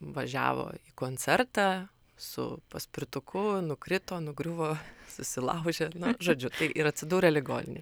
važiavo į koncertą su paspirtuku nukrito nugriuvo susilaužė na žodžiu tai ir atsidūrė ligoninėj